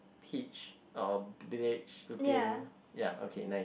peach or beige looking ya okay nice